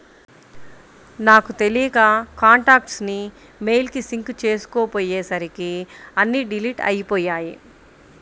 నాకు తెలియక కాంటాక్ట్స్ ని మెయిల్ కి సింక్ చేసుకోపొయ్యేసరికి అన్నీ డిలీట్ అయ్యిపొయ్యాయి